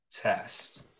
test